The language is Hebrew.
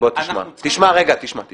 אני